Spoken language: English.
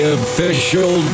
official